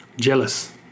Jealous